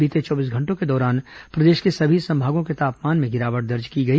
बीते चौबीस घंटों के दौरान प्रदेश को सभी संभागों के तापमान में गिरावट दर्ज की गई